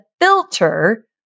filter